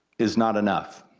is not enough,